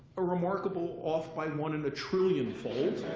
a remarkable off by one in a trillion fold.